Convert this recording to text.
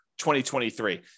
2023